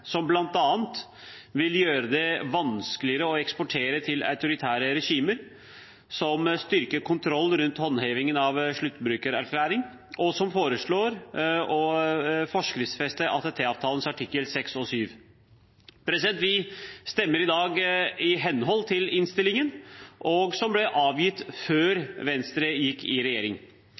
autoritære regimer, som styrker kontrollen rundt håndhevingen av sluttbrukererklæring, og som foreslår å forskriftsfeste ATT-avtalens artikler 6 og 7. Vi vil i dag stemme i henhold til innstillingen, som ble avgitt før Venstre gikk i regjering.